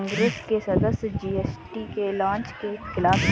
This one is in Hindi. कांग्रेस के सदस्य जी.एस.टी के लॉन्च के खिलाफ थे